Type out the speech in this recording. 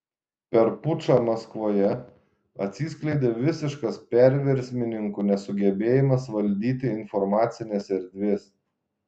per pučą maskvoje atsiskleidė visiškas perversmininkų nesugebėjimas valdyti informacinės erdvės